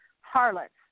harlots